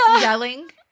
Yelling